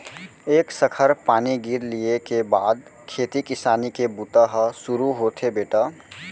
एक सखर पानी गिर लिये के बाद खेती किसानी के बूता ह सुरू होथे बेटा